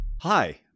Hi